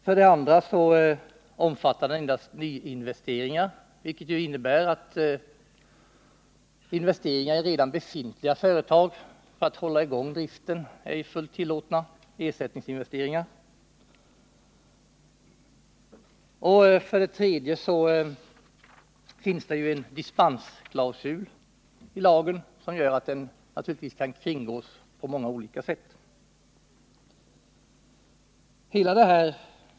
För det andra omfattar lagen endast nyinvesteringar, vilket innebär att ersättningsinvesteringar i redan befintliga företag för att hålla i gång driften är fullt tillåtna. För det tredje finns det ju en dispensklausul i lagen som gör att lagen naturligtvis kan kringgås på många olika sätt.